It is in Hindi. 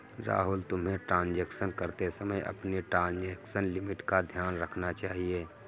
राहुल, तुम्हें ट्रांजेक्शन करते समय अपनी ट्रांजेक्शन लिमिट का ध्यान रखना चाहिए